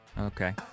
Okay